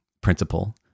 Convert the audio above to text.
principle